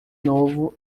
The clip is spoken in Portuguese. novo